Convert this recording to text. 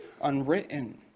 unwritten